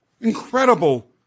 incredible